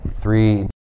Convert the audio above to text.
three